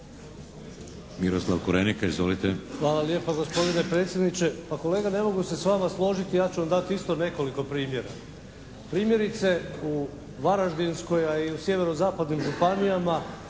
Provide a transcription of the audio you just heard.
Miroslav (SDP)** Hvala lijepa gospodine predsjedniče. Pa kolega ne mogu se s vama složiti. Ja ću vam dati isto nekoliko primjera. Primjerice u Varaždinskoj a i u sjeverozapadnim županijama